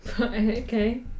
Okay